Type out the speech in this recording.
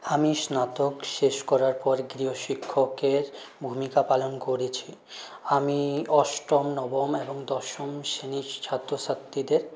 আমি স্নাতক শেষ করার পর গৃহ শিক্ষকের ভূমিকা পালন করেছি আমি অষ্টম নবম এবং দশম শ্রেণীর ছাত্রছাত্রীদের